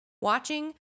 watching